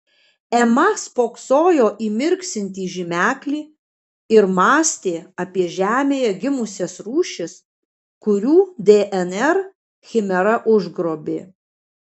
ema spoksojo į mirksintį žymeklį ir mąstė apie žemėje gimusias rūšis kurių dnr chimera užgrobė